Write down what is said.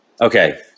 Okay